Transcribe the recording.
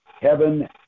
heaven